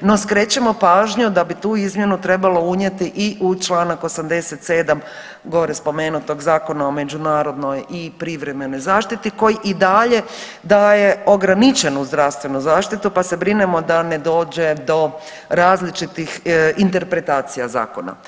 no skrećemo pažnju da bi tu izmjenu trebalo unijeti i u čl. 87. gore spomenutog Zakona o međunarodnoj i privremenoj zaštiti koji i dalje daje ograničenu zdravstvenu zaštitu, pa se brinemo da ne dođe do različitih interpretacija zakona.